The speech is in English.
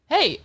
Hey